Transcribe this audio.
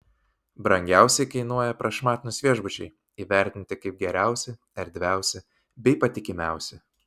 brangiausiai kainuoja prašmatnūs viešbučiai įvertinti kaip geriausi erdviausi bei patikimiausi